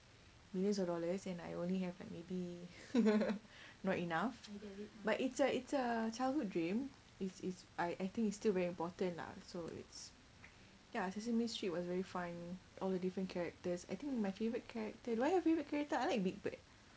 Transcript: millions of dollars and I only have like maybe not enough but it's a it's a childhood dream it's it's I I think it's still very important lah so it's ya sesame street was very fun all the different characters I think my favourite character do I have a favourite character I like big bird